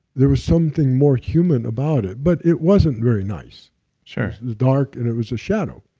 there was something more human about it. but it wasn't very nice sure the dark, and it was a shadow.